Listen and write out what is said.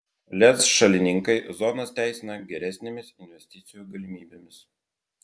lez šalininkai zonas teisina geresnėmis investicijų galimybėmis